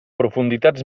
profunditats